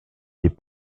des